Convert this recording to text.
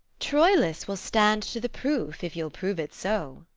troilus will stand to the proof, if you'll prove it so.